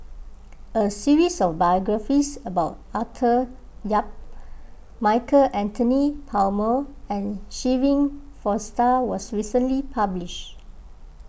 a series of biographies about Arthur Yap Michael Anthony Palmer and Shirin Fozdar was recently published